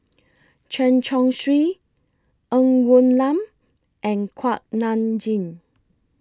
Chen Chong Swee Ng Woon Lam and Kuak Nam Jin